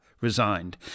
resigned